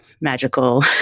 magical